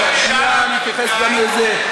שנייה, אתייחס גם לזה.